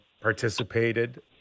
participated